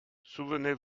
souvenez